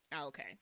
Okay